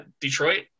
Detroit